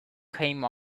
came